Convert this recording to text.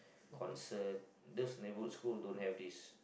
concert those neighbourhood school don't have this